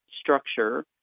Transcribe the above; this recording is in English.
structure